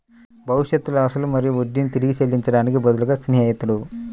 భవిష్యత్తులో అసలు మరియు వడ్డీని తిరిగి చెల్లించడానికి బదులుగా స్నేహితుడు